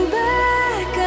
back